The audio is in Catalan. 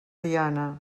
diana